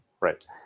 Right